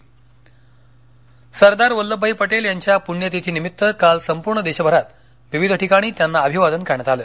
सरदार पटेल पण्यतिथी सरदार वल्लभभाई पटेल यांच्या पुण्यतिथीनिमित्त काल संपूर्ण देशभरात विविध ठिकाणी त्यांना अभिवादन करण्यात आलं